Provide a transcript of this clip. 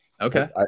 Okay